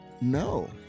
no